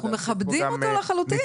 אנחנו מכבדים אותו לחלוטין, להיפך.